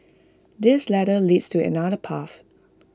this ladder leads to another path